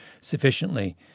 sufficiently